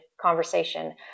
conversation